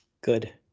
Good